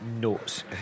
notes